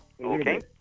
Okay